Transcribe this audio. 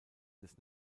des